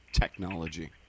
technology